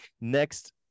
next